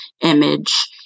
image